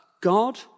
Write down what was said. God